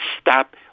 Stop